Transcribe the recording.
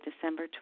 December